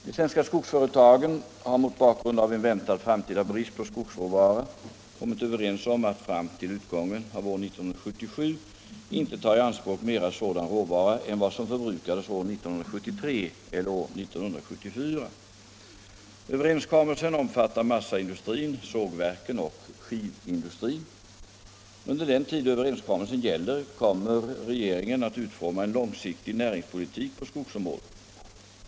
De svenska skogsföretagen har mot bakgrund av en väntad framtida brist på skogsråvara kommit överens om att fram till utgången av år 1977 inte ta i anspråk mera sådan råvara än vad som förbrukades år 1973 eller år 1974. Överenskommelsen omfattar massaindustrin, sågverken och skivindustrin. Under den tid överenskommelsen gäller kommer regeringen att utforma en långsiktig näringspolitik på skogsområdet.